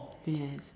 yes